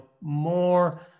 more